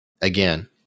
again